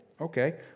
Okay